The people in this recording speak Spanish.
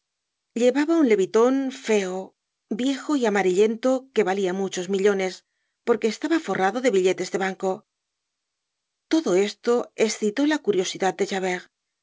llevaba un leviton feo viejo y amarillento que valia muchos millones porque estaba forrado de billetes de banco todo esto escitó la curiosidad de javert